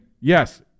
yes